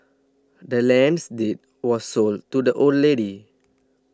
the land's deed was sold to the old lady